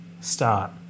Start